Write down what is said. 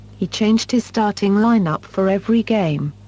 he changed his starting line-up for every game.